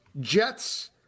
Jets